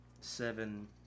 seven